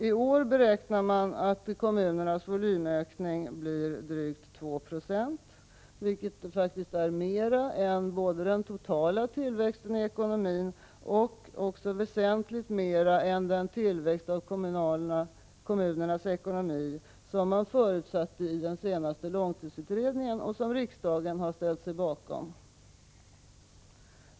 I år beräknar man att kommunernas volymökning blir drygt 2 9e, vilket faktiskt både är mer än den totala tillväxten i ekonomin och är väsentligt mer än den tillväxt av kommunernas ekonomi som förutsattes i den senaste långtidsutredningen, vilken riksdagen har ställt sig bakom.